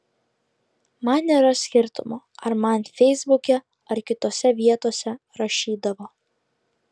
man nėra skirtumo ar man feisbuke ar kitose vietose rašydavo